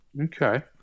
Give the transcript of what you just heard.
Okay